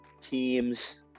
teams